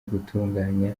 gutunganya